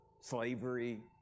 slavery